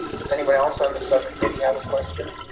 does anyone else on the subcommittee have a question.